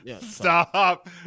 stop